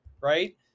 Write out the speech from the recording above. right